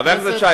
חבר הכנסת שי,